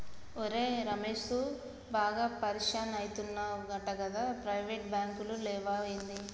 ఒరే రమేశూ, బాగా పరిషాన్ అయితున్నవటగదా, ప్రైవేటు బాంకులు లేవా ఏంది